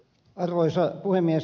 arvoisa puhemies